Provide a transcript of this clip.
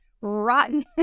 rotten